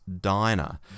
Diner